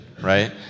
right